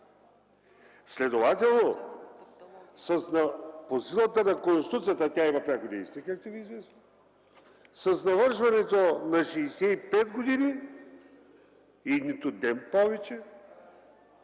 Следователно по силата на Конституцията, а тя има пряко действие, както знаете, с навършването на 65 години и нито ден повече